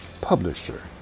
publisher